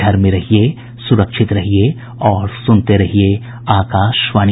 घर में रहिये सुरक्षित रहिये और सुनते रहिये आकाशवाणी